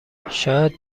شاید